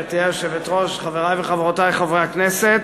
גברתי היושבת-ראש, חברי וחברותי חברי הכנסת,